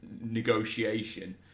negotiation